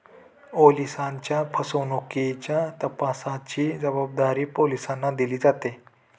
ओलिसांच्या फसवणुकीच्या तपासाची जबाबदारी पोलिसांना दिली जाते